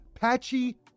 Patchy